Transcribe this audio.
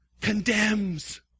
condemns